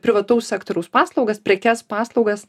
privataus sektoriaus paslaugas prekes paslaugas